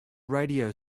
radio